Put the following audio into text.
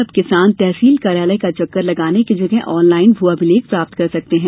अब किसान तहसील कार्यालय का चक्कर लगाने की जगह आनलाइन भू अभिलेख प्राप्त कर सकते है